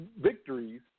victories